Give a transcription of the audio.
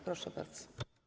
Proszę bardzo.